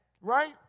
right